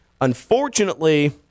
Unfortunately